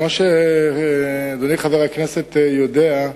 כמו שאדוני חבר הכנסת יודע,